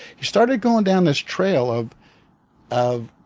he started going down this trail of of